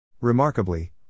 Remarkably